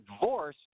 divorce